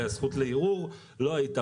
והזכות לערעור לא הייתה.